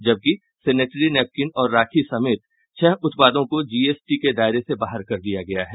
जबकि sanitary napkin और राखी समेत छह उत्पादों को जीएसटी की दायरे से बाहर कर दिया है